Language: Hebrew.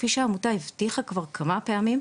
כפי שהעמותה הבטיחה כבר כמה פעמים,